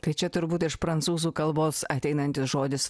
tai čia turbūt iš prancūzų kalbos ateinantis žodis